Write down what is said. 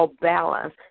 balance